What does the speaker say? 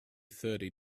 thirty